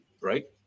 right